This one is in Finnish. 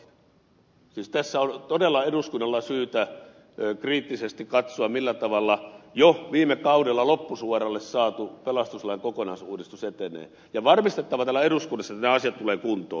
siis tässä on todella eduskunnalla syytä kriittisesti katsoa millä tavalla jo viime kaudella loppusuoralle saatu pelastuslain kokonaisuudistus etenee ja varmistettava täällä eduskunnassa että nämä asiat tulevat kuntoon